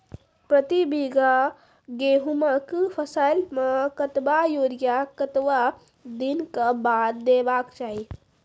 प्रति बीघा गेहूँमक फसल मे कतबा यूरिया कतवा दिनऽक बाद देवाक चाही?